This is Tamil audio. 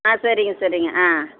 ஆ சரிங்க சரிங்க ஆ